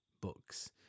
books